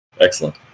Excellent